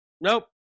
Nope